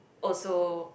also